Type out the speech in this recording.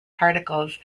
particles